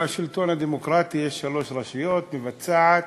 בשלטון הדמוקרטי שלוש רשויות: מבצעת,